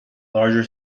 larger